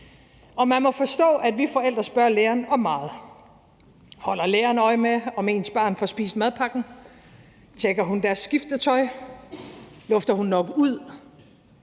om? Man må forstå, at vi forældre spørger læreren om meget. Holder læreren øje med, om ens barn får spist madpakken? Tjekker hun deres skiftetøj? Lufter hun nok ud?